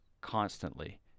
constantly